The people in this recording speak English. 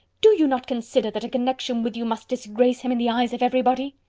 do you not consider that a connection with you must disgrace him in the eyes of everybody?